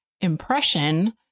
impression